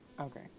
Okay